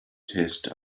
taste